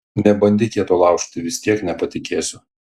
nebandyk kieto laužti vis tiek nepatikėsiu